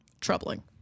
troubling